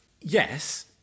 Yes